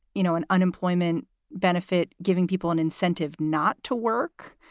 you know, an unemployment benefit, giving people an incentive not to work.